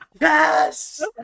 yes